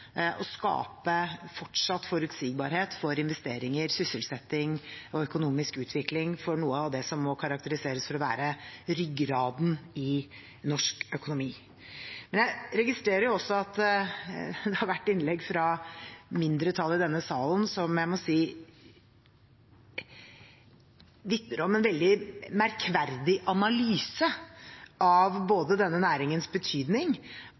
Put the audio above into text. å skape fortsatt forutsigbarhet for investeringer, sysselsetting og økonomisk utvikling for noe av det som må karakteriseres som ryggraden i norsk økonomi. Jeg registrerer også at det har vært innlegg fra mindretallet i denne salen som vitner om en veldig merkverdig analyse av både denne næringens betydning